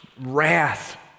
wrath